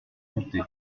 goûté